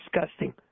disgusting